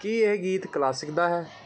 ਕੀ ਇਹ ਗੀਤ ਕਲਾਸਿਕ ਦਾ ਹੈ